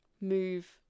move